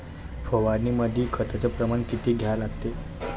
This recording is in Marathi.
फवारनीमंदी खताचं प्रमान किती घ्या लागते?